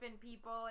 people